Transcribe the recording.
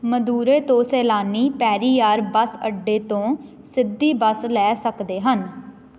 ਮਦੁਰੈ ਤੋਂ ਸੈਲਾਨੀ ਪੇਰੀਯਾਰ ਬੱਸ ਅੱਡੇ ਤੋਂ ਸਿੱਧੀ ਬੱਸ ਲੈ ਸਕਦੇ ਹਨ